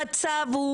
המצב הוא,